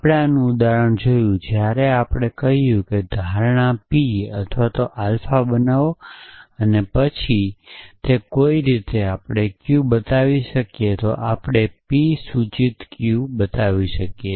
આપણે આનું ઉદાહરણ જોયું જ્યારે આપણે કહ્યું કે ધારણા P અથવા આલ્ફા બનાવો અને પછી તે કોઈક રીતે આપણે q બતાવી શકીએ તો આપણે p → q બતાવી શકીએ